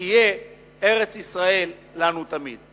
תהיה ארץ-ישראל לנו תמיד.